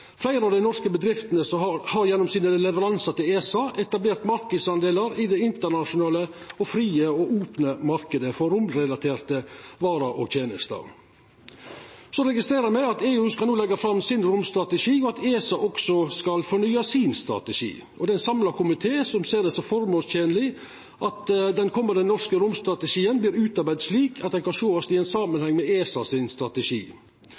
Fleire av dei norske bedriftene har gjennom sine leveransar til ESA etablert marknadsdelar i den internasjonale frie og opne marknaden for romrelaterte varer og tenester. Så registrerer me at EU no skal leggja fram sin romstrategi, og at ESA også skal fornya sin strategi. Det er ein samla komité som ser det som formålstenleg at den komande norske romstrategien vert utarbeidd slik at han kan sjåast i samanheng med ESAs strategi. Høgre meiner at ein slik strategi